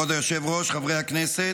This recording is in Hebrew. כבוד היושב-ראש, חברי הכנסת,